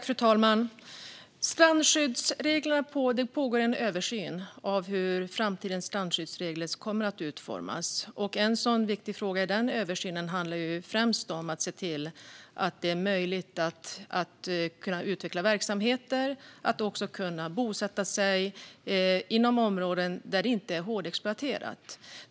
Fru talman! Det pågår en översyn av hur framtidens strandskyddsregler kommer att utformas. En sådan viktig fråga i den översynen handlar främst om att göra det möjligt att kunna utveckla verksamheter och också kunna bosätta sig inom områden där det inte är hårdexploaterat.